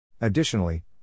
Additionally